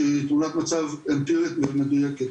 שהיא תמונת מצב אמפירית ומדויקת.